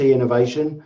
Innovation